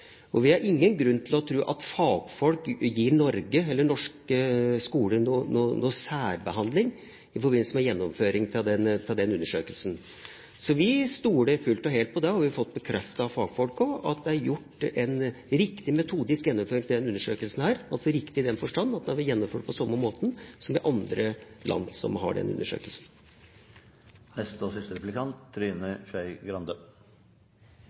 undersøkelsen. Vi har ingen grunn til å tro at fagfolk gir Norge eller norsk skole noen særbehandling i forbindelse med gjennomføringen av den undersøkelsen. Så vi stoler fullt og helt på det, og vi har fått bekreftet av fagfolk også at det er gjort en riktig metodisk gjennomføring av den undersøkelsen – altså riktig i den forstand at den er gjennomført på samme måte som i andre land som har den undersøkelsen. Som gammel lærer i historie og